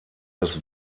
des